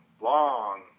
long